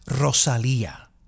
Rosalia